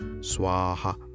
swaha